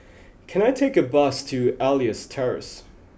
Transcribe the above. can I take a bus to Elias Terrace